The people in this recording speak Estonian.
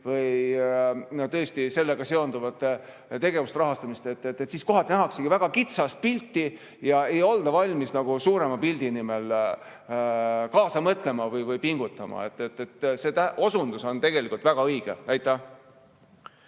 või sellega seonduvate tegevuste rahastamist, [tüüpiline]. Kohati nähaksegi väga kitsast pilti, ei olda valmis suurema pildi nimel kaasa mõtlema või pingutama. Nii et see osundus on tegelikult väga õige. Aitäh!